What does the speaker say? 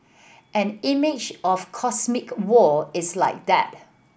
an image of cosmic war is like that